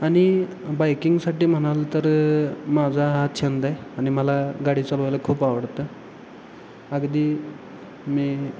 आणि बाईकिंगसाठी म्हणाल तर माझा हा छंद आहे आणि मला गाडी चालवायला खूप आवडतं अगदी मी